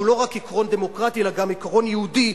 לא רק עיקרון דמוקרטי אלא גם עיקרון יהודי,